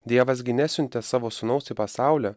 dievas gi nesiuntė savo sūnaus į pasaulį